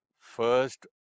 first